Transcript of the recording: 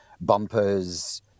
bumpers